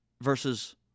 versus